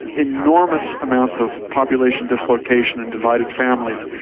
enormous amounts of population dislocation and divided families,